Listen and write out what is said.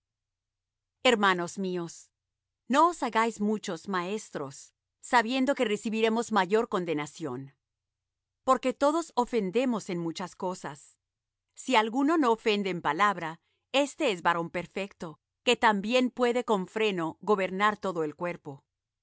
hermanos míos no os hagáis muchos maestros sabiendo que recibiremos mayor condenación porque todos ofendemos en muchas cosas si alguno no ofende en palabra éste es varón perfecto que también puede con freno gobernar todo el cuerpo